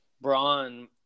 Braun